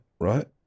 right